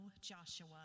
Joshua